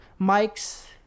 mics